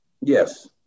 Yes